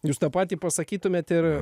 jūs tą patį pasakytumėt ir